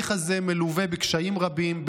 ההליך הזה מלווה בקשיים רבים,